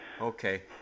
okay